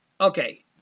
Okay